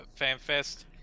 FanFest